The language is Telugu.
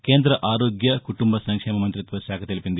కేంద ఆరోగ్య కుటుంబ సంక్షేమ మంతిత్వ శాఖ తెలిపింది